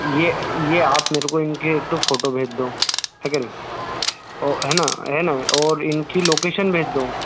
यह यह आप मेरे को इनके एक तो फोटो भेज दो ठीक है ना और है ना है ना और इनकी लोकेशन भेज दो